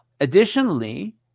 Additionally